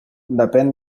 depèn